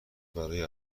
برای